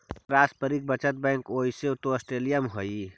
पारस्परिक बचत बैंक ओइसे तो ऑस्ट्रेलिया में हइ